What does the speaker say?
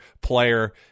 player